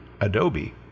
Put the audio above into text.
Adobe